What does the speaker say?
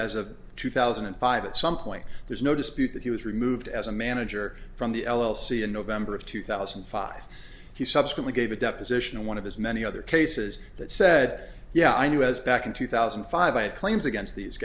as of two thousand and five at some point there's no dispute that he was removed as a manager from the l l c in november of two thousand and five he subsequently gave a deposition in one of his many other cases that said yeah i knew i was back in two thousand and five i had claims against these